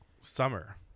summer